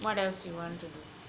what else you want to do